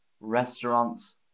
restaurants